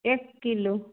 एक किलो